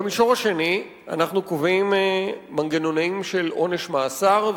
במישור השני אנחנו קובעים מנגנונים של עונש מאסר,